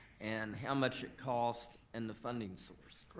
and how much it cost and the funding source. correct.